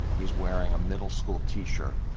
he is wearing a middle school t-shirt,